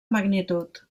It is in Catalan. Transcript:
magnitud